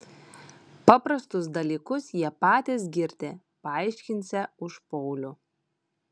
paprastus dalykus jie patys girdi paaiškinsią už paulių